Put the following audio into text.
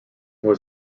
was